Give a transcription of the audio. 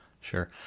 Sure